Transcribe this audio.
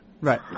Right